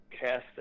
cast